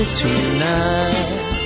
tonight